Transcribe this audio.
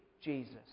Jesus